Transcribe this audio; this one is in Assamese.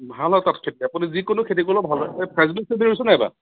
ভাল হয় তাত খেতি আপুনি যিকোনো খেতি কৰলেও ভাল হয় ফ্ৰেঞ্চবিন ৰুইচনে নাই এইবাৰ